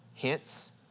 Hence